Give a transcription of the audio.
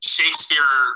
Shakespeare